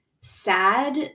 sad